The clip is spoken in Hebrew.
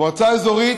מועצה אזורית